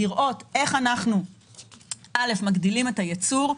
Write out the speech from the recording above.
לראות איך אנחנו מגדילים את הייצור.